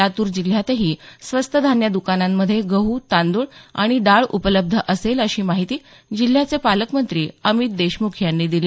लातूर जिल्ह्यातही स्वस्त धान्य दुकांनामध्ये गहू तांदूळ आणि डाळ उपलब्ध असेल अशी माहिती जिल्ह्याचे पालकमंत्री अमित देशमुख यांनी दिली